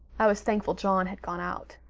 i was thankful john had gone out.